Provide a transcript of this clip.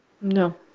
no